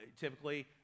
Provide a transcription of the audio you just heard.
typically